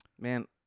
man